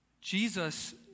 Jesus